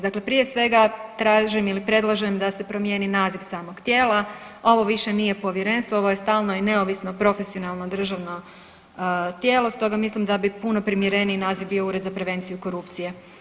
Dakle, prije svega tražim ili predlažem da se promijeni naziv samog tijela ovo više nije povjerenstvo ovo je stalno i neovisno profesionalno državno tijelo stoga mislim da bi puno primjereniji naziv bio Ured za prevenciju korupcije.